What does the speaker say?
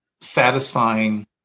satisfying